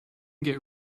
get